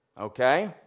Okay